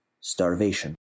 starvation